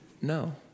No